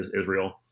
Israel